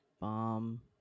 bomb